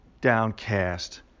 downcast